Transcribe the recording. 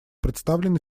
представлен